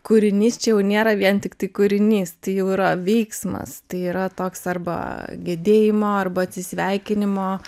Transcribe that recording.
kūrinys čia jau nėra vien tiktai kūrinys tai jau yra veiksmas tai yra toks arba gedėjimo arba atsisveikinimo